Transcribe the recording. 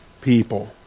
people